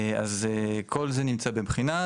אז כל זה נמצא בבחינה,